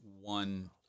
one